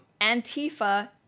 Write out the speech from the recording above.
Antifa